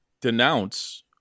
denounce